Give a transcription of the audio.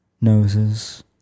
noses